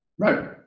Right